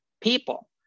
people